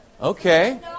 Okay